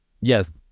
Yes